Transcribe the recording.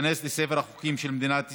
ותיכנס לספר החוקים של מדינת ישראל.